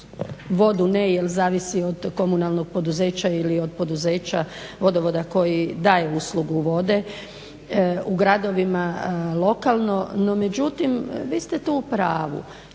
vodu ne jer zavisi od komunalnog poduzeća ili od poduzeća vodovoda koji daje uslugu vode u gradovima lokalno. No, međutim vi ste tu u pravu,